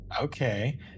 Okay